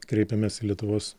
kreipiamės į lietuvos